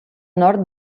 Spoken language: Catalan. nord